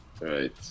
Right